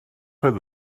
oedd